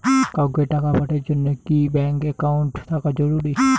কাউকে টাকা পাঠের জন্যে কি ব্যাংক একাউন্ট থাকা জরুরি?